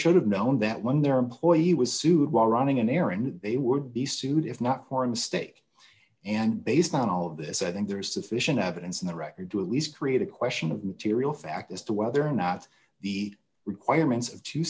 should have known that when their employee was sued while running an errand they would be sued if not for a mistake and based on all of this i think there is sufficient evidence in the record to at least create a question of material fact as to whether or not the requirements of two